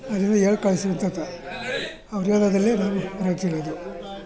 ಅವರೆಲ್ಲ ಹೇಳು ಅವ್ರು ಹೇಳೋದ್ರಲ್ಲಿ ಅದರಾಗೂ ಕರೆಕ್ಟಿರೋದು